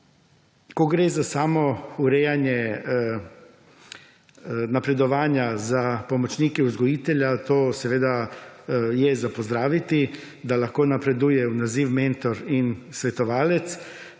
Ko gre za samo urejanje napredovanja za pomočnike vzgojitelja, to seveda je za pozdraviti, da lahko napreduje v naziv mentor in svetovalec.